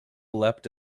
leapt